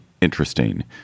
interesting